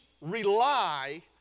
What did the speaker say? rely